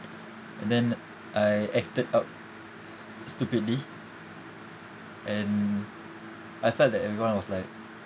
and then I acted out stupidly and I felt that everyone was like